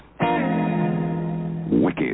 wicked